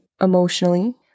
emotionally